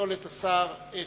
לשאול את השר את